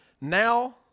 now